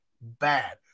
bad